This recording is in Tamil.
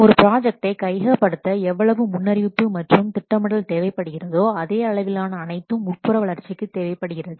ஒரு ப்ராஜெக்டை கையகப்படுத்த எவ்வளவு முன்னறிவிப்பு மற்றும் திட்டமிடல் தேவைப்படுகிறதோ அதே அளவிலான அனைத்தும் உட்புற வளர்ச்சிக்கு தேவைப்படுகிறது